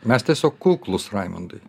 mes tiesiog kuklūs raimundui